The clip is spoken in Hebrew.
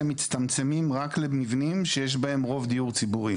מצטמצמים רק למבנים שיש בהם רוב דיור ציבורי.